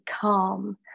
calm